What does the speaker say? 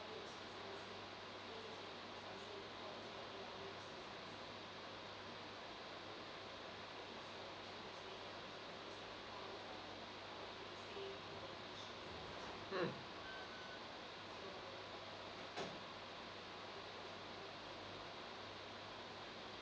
mm